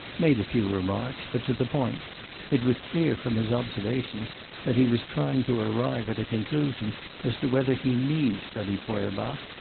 made few remarks, but to the point it was clear from his observations that he was trying to arrive at a conclusion as to whether he need study feuerbach,